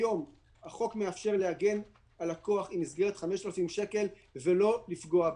היום החוק מאפשר להגן על לקוח עם מסגרת של 5,000 שקל ולא לפגוע בה.